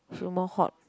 feel more hot